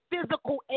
physical